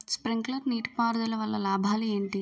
Sprinkler నీటిపారుదల వల్ల లాభాలు ఏంటి?